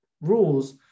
rules